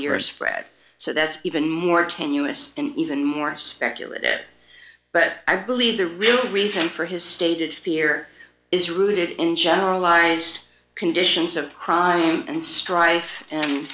years fred so that's even more tenuous and even more speculative but i believe the real reason for his stated fear is rooted in generalized conditions of crime and strife